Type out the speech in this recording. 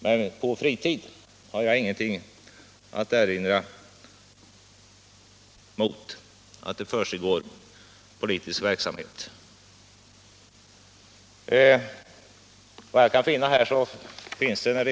Jag har däremot ingenting att erinra mot att det försiggår politisk verksamhet på fritid.